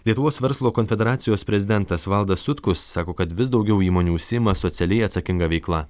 lietuvos verslo konfederacijos prezidentas valdas sutkus sako kad vis daugiau įmonių užsiima socialiai atsakinga veikla